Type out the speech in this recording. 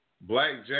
Blackjack